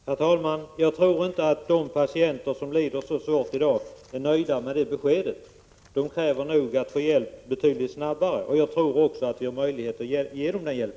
Herr talman! Jag tror inte att de patienter som lider så svårt i dag är nöjda med detta besked. De kräver nog att få hjälp betydligt snabbare. Jag tror också att vi har möjligheter att ge dem denna hjälp.